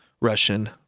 Russian